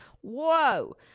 Whoa